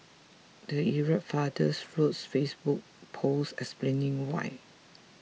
the irate father wrote a Facebook post explaining why